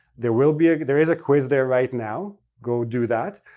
there will be a. there is a quiz there right now, go do that.